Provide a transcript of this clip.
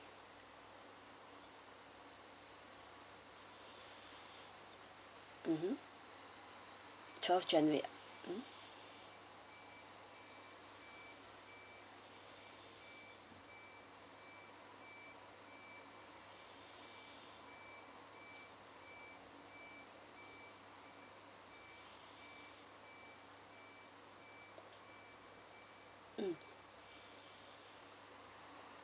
mmhmm twelfth january ah hmm mm